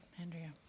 Andrea